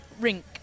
rink